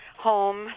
home